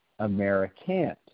Americant